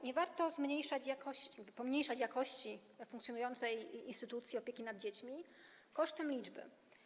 Nie warto zmniejszać, pomniejszać jakości funkcjonującej instytucji opieki nad dziećmi kosztem liczby.